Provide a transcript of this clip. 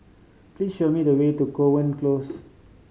please show me the way to Kovan Close